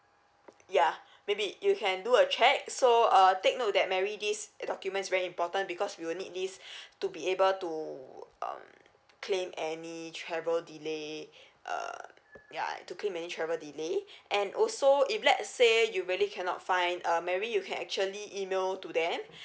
ya maybe you can do a check so uh take note that mary this document is very important because we will need this to be able to um claim any travel delay err ya to claim any travel delay and also if let say you really cannot find uh mary you can actually email to them